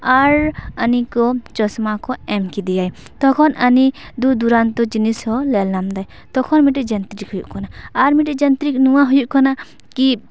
ᱟᱨ ᱟᱱᱤ ᱠᱚ ᱪᱚᱥᱢᱟ ᱠᱚ ᱮᱢ ᱠᱮᱫᱮᱭᱟᱭ ᱛᱚᱠᱷᱚᱱ ᱟᱱᱤ ᱫᱩᱨ ᱫᱩᱨᱟᱱᱛᱚ ᱡᱤᱱᱚᱤᱥ ᱦᱚᱸ ᱞᱮᱞ ᱞᱟᱢ ᱫᱟᱭ ᱛᱚᱠᱷᱚᱱ ᱢᱤᱜᱴᱤᱡ ᱡᱟᱱᱛᱨᱤᱠ ᱦᱩᱭᱩᱜ ᱠᱟᱱᱟ ᱟᱨ ᱢᱤᱜᱴᱤᱡ ᱡᱟᱱᱛᱨᱤᱠ ᱱᱚᱣᱟ ᱦᱩᱭᱩᱜ ᱠᱟᱱᱟ ᱠᱤ